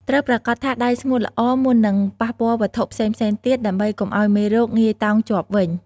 ត្រូវប្រាកដថាដៃស្ងួតល្អមុននឹងប៉ះពាល់វត្ថុផ្សេងៗទៀត ដើម្បីកុំឱ្យមេរោគងាយតោងជាប់វិញ។